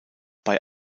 bei